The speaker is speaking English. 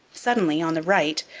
suddenly, on the right,